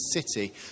city